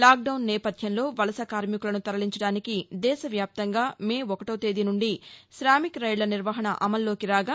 lockdown నేపథ్యంలో వలస కార్మికులను తరలించడానికి దేశవ్యాప్తంగా మే ఒకటో తేదీ నుండి కామిక్ రైళ్ల నిర్వహణ అమల్లోకి రాగా